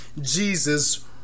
Jesus